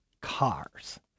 cars